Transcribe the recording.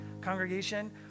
congregation